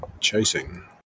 chasing